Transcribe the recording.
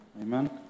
Amen